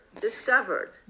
discovered